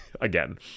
again